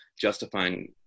justifying